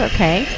Okay